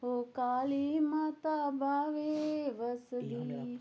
ओ काली माता बावे बसदी